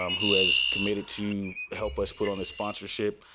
um who has committed to help us put on this sponsorship.